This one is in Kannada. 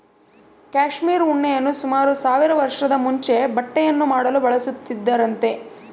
ಕ್ಯಾಶ್ಮೀರ್ ಉಣ್ಣೆಯನ್ನು ಸುಮಾರು ಸಾವಿರ ವರ್ಷದ ಮುಂಚೆ ಬಟ್ಟೆಯನ್ನು ಮಾಡಲು ಬಳಸುತ್ತಿದ್ದರಂತೆ